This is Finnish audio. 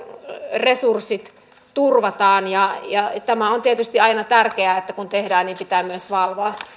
resurssit turvataan on tietysti aina tärkeää että kun tehdään niin pitää myös valvoa